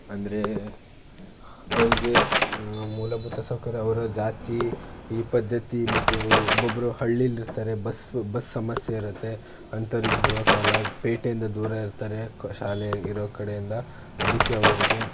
ಅಂದರೆ ಅವರಿಗೆ ಮೂಲಭೂತ ಸೌಕರ್ಯ ಅವರ ಜಾತಿ ಈ ಪದ್ಧತಿ ಮತ್ತು ಅವರು ಒಬ್ಬೊಬ್ಬರು ಹಳ್ಳೀಲಿ ಇರ್ತಾರೆ ಬಸ್ಸು ಬಸ್ ಸಮಸ್ಯೆ ಇರುತ್ತೆ ಅಂಥೋರಿಗೆ ಹೋಗಕ್ಕೆ ಆಗಲ್ಲ ಪೇಟೆಯಿಂದ ದೂರ ಇರ್ತಾರೆ ಕ ಶಾಲೆ ಇರೋ ಕಡೆಯಿಂದ ಅದಕ್ಕೆ ಅವರಿಗೆ